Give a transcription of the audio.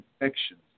infections